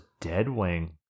Deadwing